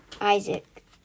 Isaac